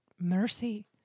mercy